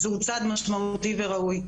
זהו צעד משמעותי וראוי.